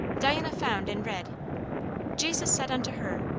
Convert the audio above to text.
diana found and read jesus said unto her,